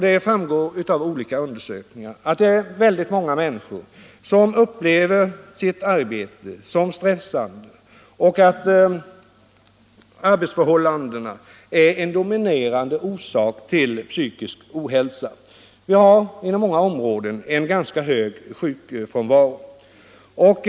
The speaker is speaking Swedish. Det framgår av olika undersökningar att många människor upplever sitt arbete som stressande och att arbetsförhållandena är en dominerande orsak till psykisk ohälsa. Inom flera områden är sjukfrånvaron ganska hög.